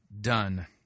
Done